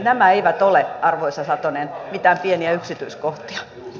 nämä eivät ole arvoisa satonen mitään pieniä yksityiskohtia